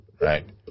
right